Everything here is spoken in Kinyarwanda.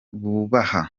bubaha